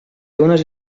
unes